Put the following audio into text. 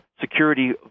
security